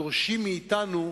דורשים מאתנו,